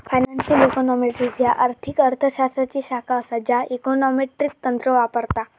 financial econometrics ह्या आर्थिक अर्थ शास्त्राची शाखा असा ज्या इकॉनॉमेट्रिक तंत्र वापरता